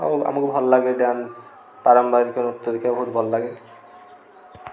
ଆଉ ଆମକୁ ଭଲ ଲାଗେ ଡ୍ୟାନସ୍ ପାରମ୍ପାରିକ ନୃତ୍ୟ ଦେଖିବାକୁ ବହୁତ ଭଲ ଲାଗେ